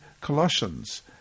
Colossians